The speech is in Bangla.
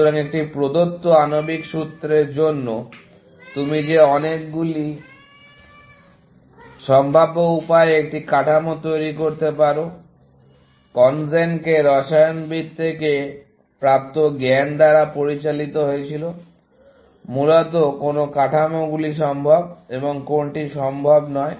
সুতরাং একটি প্রদত্ত আণবিক সূত্রের জন্য তুমি যে অনেকগুলি সম্ভাব্য উপায়ে একটি কাঠামো তৈরি করতে পারো কনজেনকে রসায়নবিদ থেকে প্রাপ্ত জ্ঞান দ্বারা পরিচালিত হয়েছিল মূলত কোন কাঠামোগুলি সম্ভব এবং কোনটি সম্ভব নয়